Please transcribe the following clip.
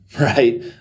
right